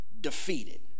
defeated